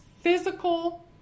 physical